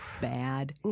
bad